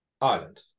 Ireland